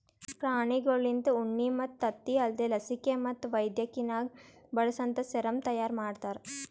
ಪ್ರಾಣಿಗೊಳ್ಲಿಂತ ಉಣ್ಣಿ ಮತ್ತ್ ತತ್ತಿ ಅಲ್ದೇ ಲಸಿಕೆ ಮತ್ತ್ ವೈದ್ಯಕಿನಾಗ್ ಬಳಸಂತಾ ಸೆರಮ್ ತೈಯಾರಿ ಮಾಡ್ತಾರ